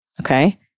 Okay